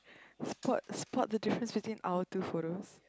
spot spot the difference between our two photos